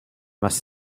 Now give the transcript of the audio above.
must